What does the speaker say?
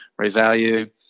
revalue